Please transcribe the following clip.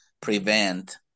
prevent